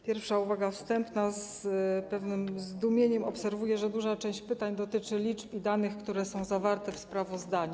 Pierwsza uwaga, wstępna: z pewnym zdumieniem obserwuję, że duża część pytań dotyczy liczb i danych, które są zawarte w sprawozdaniu.